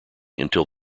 until